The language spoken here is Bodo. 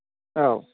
औ